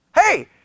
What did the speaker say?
hey